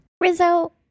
rizzo